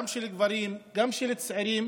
גם של גברים, גם של צעירים,